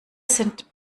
sind